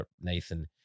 Nathan